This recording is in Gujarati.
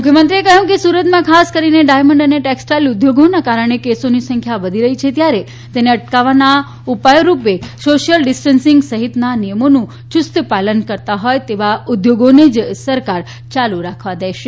મુખ્યમંત્રીએ કહ્યું કે સુરતમાં ખાસ કરીને ડાયમંડ અને ટેક્સ્ટાઇલ ઉદ્યોગોને કારણે કેસોની સંખ્યા વધી છે ત્યારે તેને અટકાવવાના ઉપાયો રૂપે સોશિયલ ડિસ્ટન્સિંગ સહિતના નિયમોનું યુસ્ત પાલન કરતા હોય તેવા ઉદ્યોગોને જ સરકાર ચાલુ રાખવા દેશે